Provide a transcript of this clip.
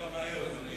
אדוני, אני בא מהר.